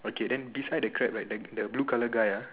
okay then beside the crab right the the blue colour guy ah